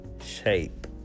shape